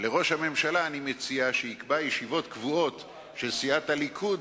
ולראש הממשלה אני מציע שיקבע ישיבות קבועות של סיעת הליכוד,